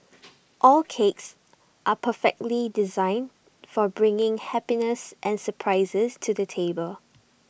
all cakes are perfectly designed for bringing happiness and surprises to the table